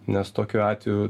nes tokiu atveju